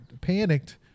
panicked